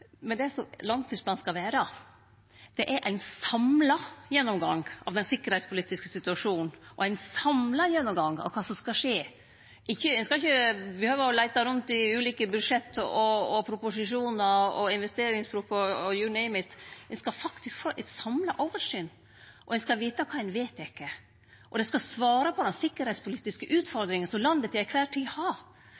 så vidt. Men det langtidsplanen skal vere, er ein samla gjennomgang av den sikkerheitspolitiske situasjonen og ein samla gjennomgang av kva som skal skje. Ein skal ikkje behøve å leite rundt i ulike budsjett og proposisjonar og investeringsprop og you name it. Ein skal faktisk få eit samla oversyn, ein skal vete kva ein vedtek, og det skal svare på den sikkerheitspolitiske